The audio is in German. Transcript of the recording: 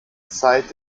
zeit